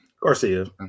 Garcia